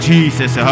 Jesus